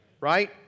Right